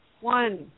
one